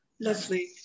Lovely